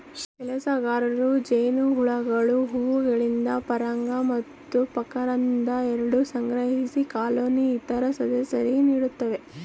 ಕೆಲಸಗಾರ ಜೇನುನೊಣಗಳು ಹೂವುಗಳಿಂದ ಪರಾಗ ಮತ್ತು ಮಕರಂದ ಎರಡನ್ನೂ ಸಂಗ್ರಹಿಸಿ ಕಾಲೋನಿಯ ಇತರ ಸದಸ್ಯರಿಗೆ ನೀಡುತ್ತವೆ